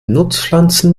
nutzpflanzen